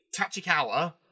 Tachikawa